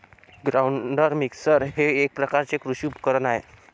grinder mixer हे एक प्रकारचे कृषी उपकरण आहे